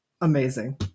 amazing